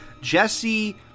Jesse